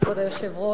כבוד היושב-ראש,